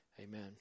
Amen